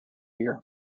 year